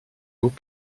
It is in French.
hauts